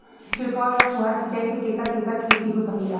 छिड़काव या फुहारा सिंचाई से केकर केकर खेती हो सकेला?